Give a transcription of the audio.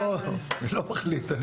אני לא מחליט.